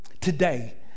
today